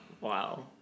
Wow